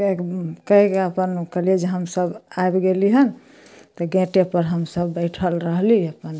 कहि कहिके अपन कहलिए जे हमसभ आबि गेली हँ तऽ गेटेपर हमसभ बैठल रहली अपन